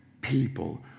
people